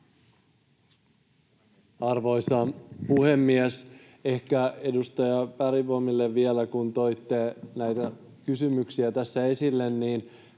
Arvoisa puhemies! Ehkä edustaja Bergbomille vielä, kun toitte näitä kysymyksiä tässä esille, että